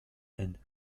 and